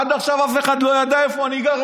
עד עכשיו אף אחד לא ידע איפה אני גר,